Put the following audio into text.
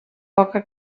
poca